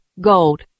GOLD